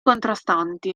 contrastanti